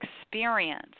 experience